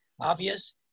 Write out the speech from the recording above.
obvious